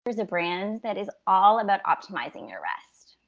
is a brand that is all about optimizing your rest.